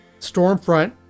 Stormfront